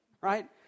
Right